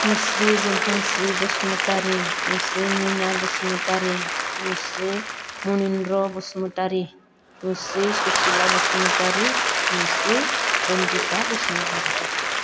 मुस्रि जोंखांस्रि बसुमतारि मुस्रि मिना बसुमतारि मुस्रि मनिन्द्र बसुमतारि मुस्रि सुसिला बसुमतारि मुस्रि रनजिता बसुमतारि